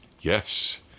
Yes